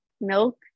milk